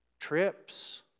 trips